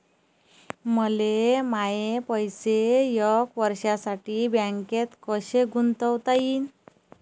मले माये पैसे एक वर्षासाठी बँकेत कसे गुंतवता येईन?